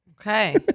Okay